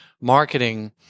marketing